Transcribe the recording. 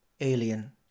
alien